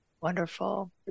Wonderful